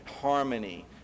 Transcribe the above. harmony